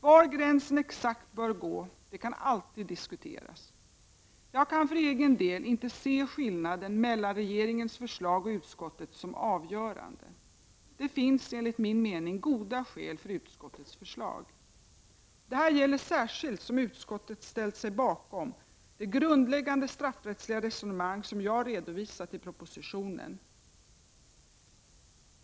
Var gränsen exakt bör gå kan alltid diskuteras. Jag kan för egen del inte se skillnaden mellan regeringens förslag och utskottets som avgörande. Det finns enligt min mening goda skäl för utskottets förslag. Detta gäller särskilt som utskottet ställt sig bakom det grundläggande straffrättsliga resonemang som jag redovisat i propositionen.